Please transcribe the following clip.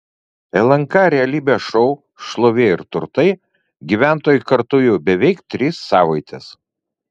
lnk realybės šou šlovė ir turtai gyventojai kartu jau beveik tris savaites